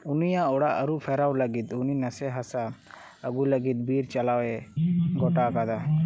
ᱩᱱᱤᱭᱟᱜ ᱚᱲᱟᱜ ᱟᱹᱨᱩ ᱯᱷᱮᱨᱟᱣ ᱞᱟᱹᱜᱤᱫ ᱩᱱᱤ ᱱᱟᱥᱮ ᱦᱟᱥᱟ ᱟᱹᱜᱩ ᱞᱟᱹᱜᱤᱫ ᱵᱤᱨ ᱪᱟᱞᱟᱣᱮ ᱜᱳᱴᱟ ᱟᱠᱟᱫᱟ